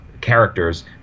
characters